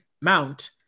Mount